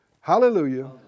Hallelujah